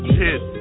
hit